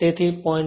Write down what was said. તેથી 0